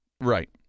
Right